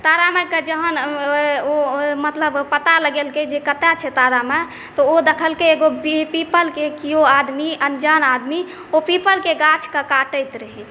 तारा मायक जहन ओ मतलब पता लगोलकै जे कतौ छै तारा माय तऽ ओ देखलकै एगो पीपलके कोइ आदमी अनजान आदमी ओ पीपलक गाछके काटैत रहै